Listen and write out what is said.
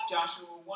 Joshua